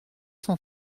cent